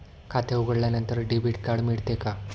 खाते उघडल्यानंतर debit card मिळते का?